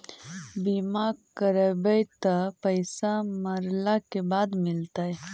बिमा करैबैय त पैसा मरला के बाद मिलता?